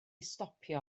stopio